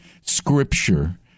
Scripture